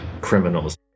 criminals